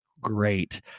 great